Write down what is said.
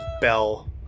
bell